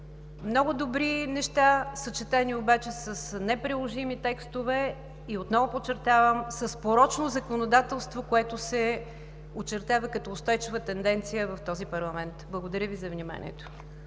Много добри неща, съчетани обаче с неприложими текстове, и отново подчертавам, с порочно законодателство, което се очертава като устойчива тенденция в този парламент. Благодаря Ви за вниманието.